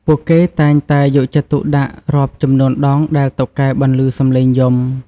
ពួកគេតែងតែយកចិត្តទុកដាក់រាប់ចំនួនដងដែលតុកែបន្លឺសំឡេងយំ។